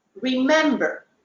Remember